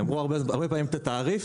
אמרו הרבה פעמים את התעריף,